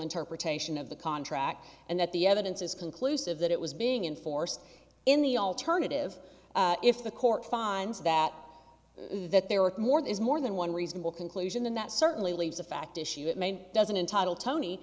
interpretation of the contract and that the evidence is conclusive that it was being enforced in the alternative if the court finds that that there were more than is more than one reasonable conclusion that certainly leaves a fact issue it may doesn't entitle tony